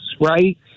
right